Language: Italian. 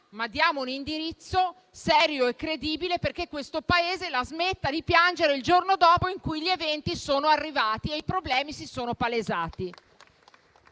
con un indirizzo serio e credibile perché questo Paese la smetta di piangere il giorno dopo in cui gli eventi sono arrivati e i problemi si sono palesati.